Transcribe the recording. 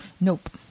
Nope